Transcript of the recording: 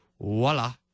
voila